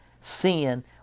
sin